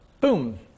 boom